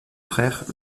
frère